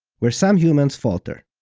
where some humans falter.